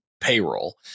payroll